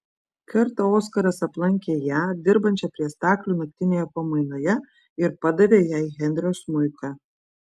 kartą oskaras aplankė ją dirbančią prie staklių naktinėje pamainoje ir padavė jai henrio smuiką